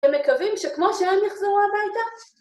‫הם מקווים שכמו שהם יחזרו הביתה...